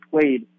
played